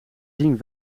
zien